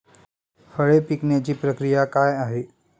फळे पिकण्याची प्रक्रिया काय आहे?